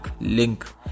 link